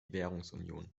währungsunion